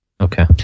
Okay